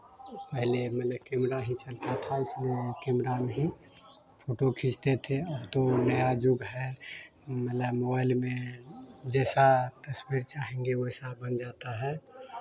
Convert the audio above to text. पहले मने कैमरा ही चलता था इसलिए कैमरा में ही फोटो खींचते थे अब तो नया युग है मतलब मोबाइल में जैसा तस्वीर चाहेंगे बन जाता है